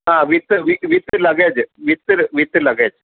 हा वित् वि with luggage with with luggage